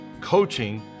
Coaching